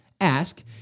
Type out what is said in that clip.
ask